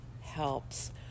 helps